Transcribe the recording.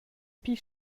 pli